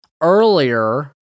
earlier